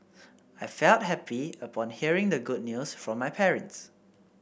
I felt happy upon hearing the good news from my parents